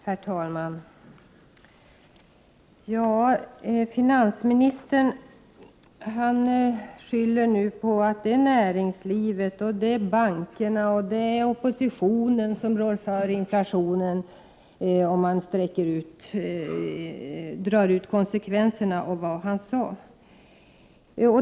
Herr talman! Finansministern skyller nu på näringslivet, bankerna och oppositionen och säger att de rår för inflationen. Det är i alla fall en konsekvens av det han sade.